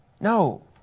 no